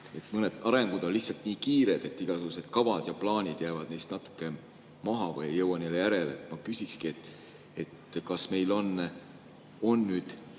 Mõni areng on lihtsalt nii kiire, et igasugused kavad ja plaanid jäävad natuke maha või ei jõua järele. Ma küsingi, kas meil on nüüd